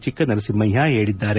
ಚೆಕ್ಕನರಸಿಂಹಯ್ಯ ಹೇಳಿದ್ದಾರೆ